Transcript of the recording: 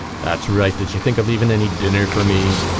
that's right. did she think of leaving any dinner for me?